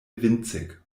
winzig